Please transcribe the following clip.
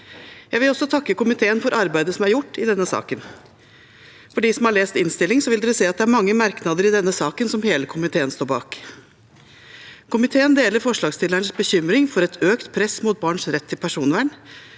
Jeg vil også takke komiteen for arbeidet som er gjort i denne saken. De som har lest innstillingen, vil se at det i denne saken er mange merknader som hele komiteen står bak. Komiteen deler forslagsstillernes bekymring for et økt press mot barns rett til personvern,